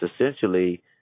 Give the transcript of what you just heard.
essentially